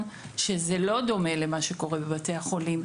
שזה לא דומה למה שקורה בבתי החולים.